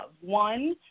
One